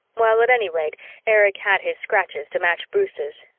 well, at any rate erich had his scratches to match bruce's,